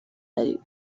داری